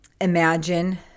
imagine